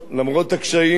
למרות הקשיים,